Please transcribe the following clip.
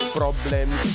problems